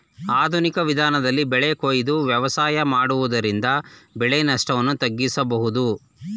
ಆಧುನಿಕ ವಿಧಾನದಲ್ಲಿ ಬೆಳೆ ಕೊಯ್ದು ವ್ಯವಸಾಯ ಮಾಡುವುದರಿಂದ ಬೆಳೆ ನಷ್ಟವನ್ನು ತಗ್ಗಿಸಬೋದು